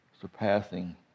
Surpassing